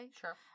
Sure